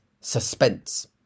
suspense